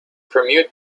permute